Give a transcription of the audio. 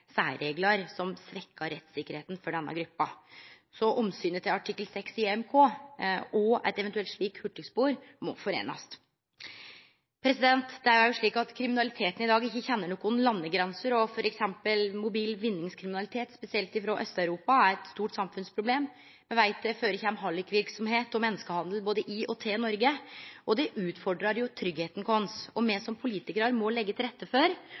særreglar som svekkjer rettssikkerheita for denne gruppa. Så omsynet til artikkel 6 i EMK og eit eventuelt slikt hurtigspor må foreinast. Kriminaliteten kjenner ikkje lenger nokon landegrenser, og f.eks. mobil vinningskriminalitet, spesielt frå Aust-Europa, er eit stort samfunnsproblem. Me veit at det finn stad hallikverksemd og menneskehandel både i og til Noreg. Det utfordrar tryggleiken vår, og me som politikarar må leggje til rette for